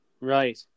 right